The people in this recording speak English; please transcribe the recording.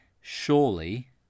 surely